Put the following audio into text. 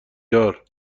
دار